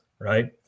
right